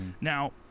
Now